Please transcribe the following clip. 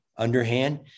underhand